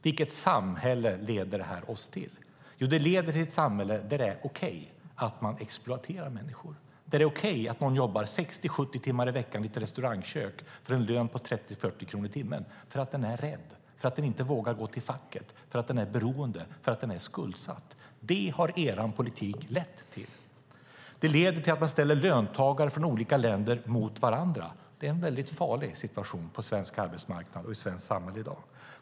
Vilket samhälle leder det oss till? Jo, det leder till ett samhälle där det är okej att exploatera människor, där det är okej att man jobbar 60-70 timmar i ett restaurangkök för en lön på 30-40 kronor i timmen för att man är rädd, inte vågar gå till facket och är beroende och skuldsatt. Det har er politik lett till. Det leder till att man ställer löntagare från olika länder mot varandra. Det är en farlig situation på svensk arbetsmarknad och i svenskt samhälle i dag.